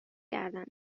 کردند